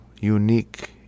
unique